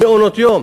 מעונות-יום.